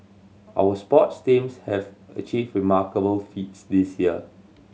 our sports teams have achieved remarkable feats this year